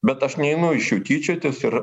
bet aš neinu iš jų tyčiotis ir